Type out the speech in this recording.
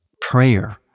prayer